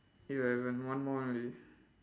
eleven one more only